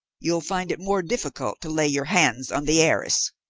you'll find it more difficult to lay your hands on the heiress!